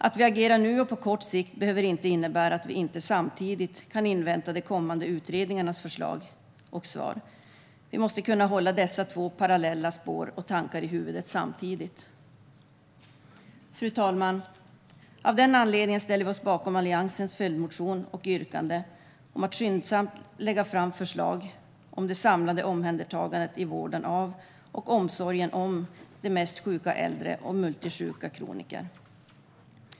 Att vi agerar nu och på kort sikt behöver inte innebära att vi inte samtidigt kan invänta de kommande utredningarnas förslag och svar. Vi måste kunna hålla dessa två parallella spår och tankar i huvudet samtidigt. Fru talman! Av den anledningen ställer vi oss bakom Alliansens följdmotion och yrkande om att skyndsamt lägga fram förslag om det samlade omhändertagandet i vården av och omsorgen om de mest sjuka äldre och multisjuka kroniker.